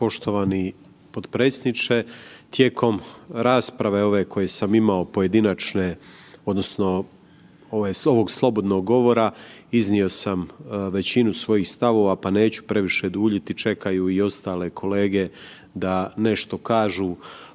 poštovani potpredsjedniče. Tijekom rasprave ove koje sam imao pojedinačne odnosno ovog slobodnog govora, iznio sam većinu svojih stavova pa neću previše duljiti, čekaju i ostale kolege da nešto kažu